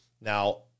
Now